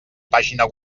pàgina